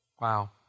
Wow